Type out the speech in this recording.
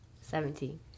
Seventeen